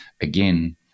again